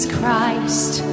Christ